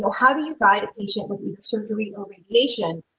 how do you by the patient with surgery radiation.